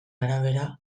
arabera